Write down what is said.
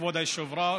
כבוד היושב-ראש,